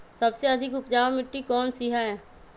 सबसे अधिक उपजाऊ मिट्टी कौन सी हैं?